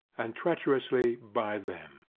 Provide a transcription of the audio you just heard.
and treacherously by them.